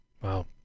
Wow